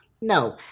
No